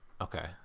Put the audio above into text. okay